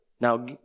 Now